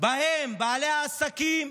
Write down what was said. שבהן בעלי העסקים